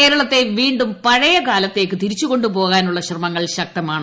കേരളത്തെ വീണ്ടും പഴയകാലത്തേക്ക് തിരിച്ചുകൊണ്ടുപോകാനുള്ള ശ്രമങ്ങൾ ശക്തമാണ്